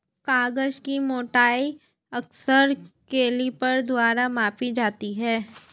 कागज की मोटाई अक्सर कैलीपर द्वारा मापी जाती है